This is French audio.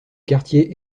quartier